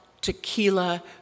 tequila